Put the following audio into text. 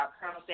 Colonel